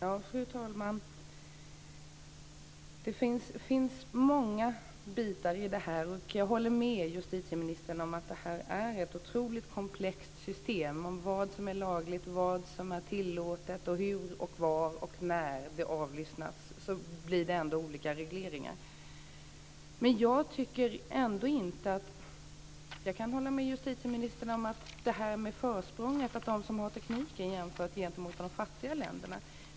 Fru talman! Det finns många bitar i det här. Jag håller med justitieministern om att detta är ett otroligt komplext system. Det handlar ju om vad som är lagligt, vad som är tillåtet samt hur, var och när det avlyssnas. Trots allt blir det olika regleringar. Jag kan också hålla med justitieministern om detta med försprång för dem som har tekniken jämfört med de fattiga länderna.